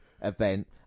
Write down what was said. event